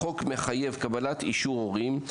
החוק מחייב קבלת אישור הורים,